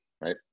right